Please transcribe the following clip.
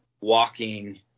walking